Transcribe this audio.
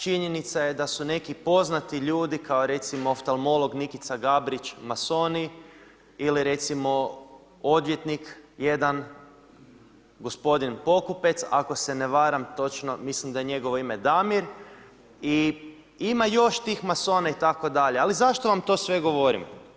Činjenica je da su neki poznati ljudi kao recimo oftalmolog Nikica Gabrić masoni ili recimo odvjetnik jedan gospodin Pokupec ako se ne varam točno, mislim da je njegovo ime Damir i ima još tih masona itd., ali zašto vam to sve govorim?